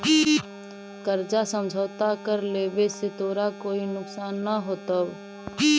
कर्जा समझौता कर लेवे से तोरा कोई नुकसान न होतवऽ